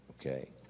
Okay